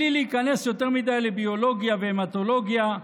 בלי להיכנס יותר מדי לביולוגיה והמטולוגיה,